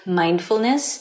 mindfulness